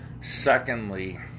secondly